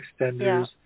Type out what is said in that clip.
extenders